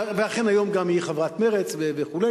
ואכן היום גם היא חברת מרצ וכו',